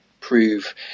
prove